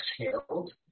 exhaled